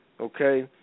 Okay